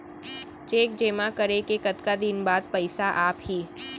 Cheque जेमा करे के कतका दिन बाद पइसा आप ही?